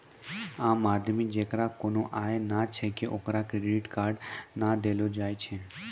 आम आदमी जेकरा कोनो आय नै छै ओकरा क्रेडिट कार्ड नै देलो जाय छै